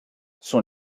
sont